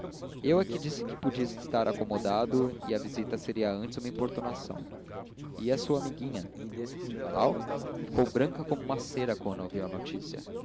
eu é que disse que podia estar acomodado e a visita seria antes uma importunação e a sua amiguinha lalau ficou branca como uma cera quando ouviu a notícia